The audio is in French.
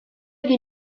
des